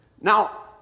Now